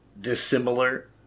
dissimilar